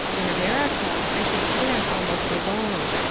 in america i should stand almost alone.